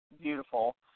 beautiful